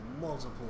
multiple